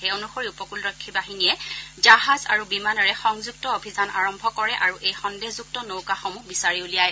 সেই অনুসৰি উপকূলৰক্ষী বাহিনীয়ে জাহাজ আৰু বিমানেৰে সংযুক্ত অভিযান আৰম্ভ আৰু এই সন্দেহযুক্ত নৌকাসমূহ বিচাৰি উলিয়ায়